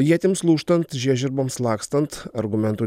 ietims lūžtant žiežirboms lakstant argumentų